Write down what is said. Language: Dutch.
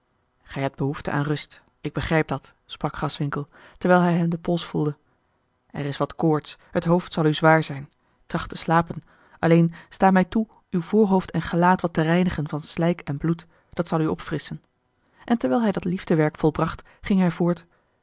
gij hebt behoefte aan rust ik begrijp dat sprak graswinckel terwijl hij hem den pols voelde er is wat koorts het hoofd zal u zwaar zijn tracht te slapen alleen sta mij toe uw voorhoofd en gelaat wat te reinigen van slijk en bloed dat zal u opfrisschen en terwijl hij dat liefdewerk volbracht ging hij voort